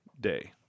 Day